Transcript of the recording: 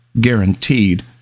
guaranteed